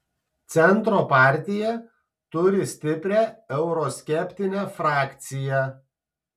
centro partija turi stiprią euroskeptinę frakciją